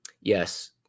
Yes